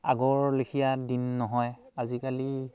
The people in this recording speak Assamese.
আগৰ লেখীয়া দিন নহয় আজিকালি